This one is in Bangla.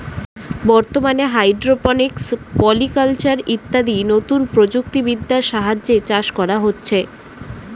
বর্তমানে হাইড্রোপনিক্স, পলিকালচার ইত্যাদি নতুন প্রযুক্তি বিদ্যার সাহায্যে চাষ করা হচ্ছে